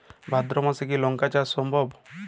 ভাদ্র মাসে কি লঙ্কা চাষ সম্ভব?